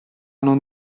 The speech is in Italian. non